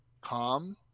calm